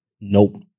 Nope